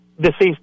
deceased